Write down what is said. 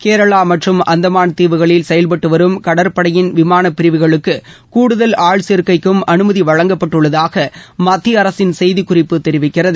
கேரளா மற்றும் அந்தமான் தீவுகளில் செயல்பட்டு வரும் கடற்படையின் விமானப் பிரிவுகளுக்கு கூடுதல் ஆள் சேர்க்கைக்கும் அனுமதி வழங்கப்பட்டுள்ளதாக மத்திய அரசின் செய்திக்குறிப்பு தெரிவிக்கிறது